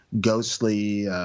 ghostly